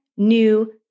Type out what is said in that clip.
New